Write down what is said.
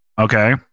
Okay